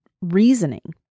reasoning